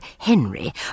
Henry